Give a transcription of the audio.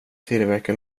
tillverka